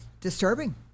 disturbing